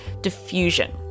diffusion